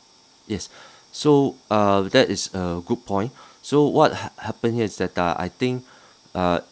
yes so uh that is a good point so what ha~ happen is that I think uh